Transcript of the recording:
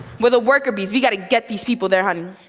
we're the worker bees. we got to get these people their honey.